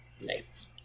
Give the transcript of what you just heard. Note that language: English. Nice